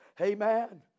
Amen